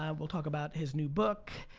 um we'll talk about his new book,